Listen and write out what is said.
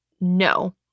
No